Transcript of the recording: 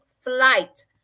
flight